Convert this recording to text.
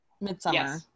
midsummer